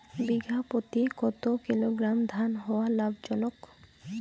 বিঘা প্রতি কতো কিলোগ্রাম ধান হওয়া লাভজনক?